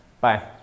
Bye